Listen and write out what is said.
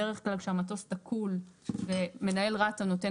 בדרך כלל כשהמטוס תקול ומנהל רת"א נותן